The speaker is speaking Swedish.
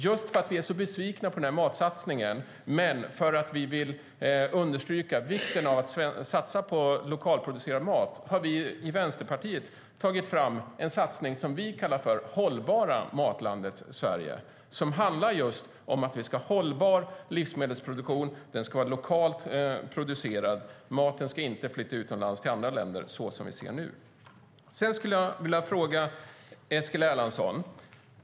Just för att vi är så besvikna på den här matsatsningen men för att vi vill understryka vikten av att satsa på lokalproducerad mat har vi i Vänsterpartiet tagit fram en satsning om det hållbara matlandet Sverige. Den handlar om att vi ska ha just en hållbar livsmedelsproduktion. Maten ska vara lokalt producerad och inte flytta ut till andra länder så som sker nu. Sedan skulle jag vilja fråga Eskil Erlandsson en sak.